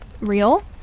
Real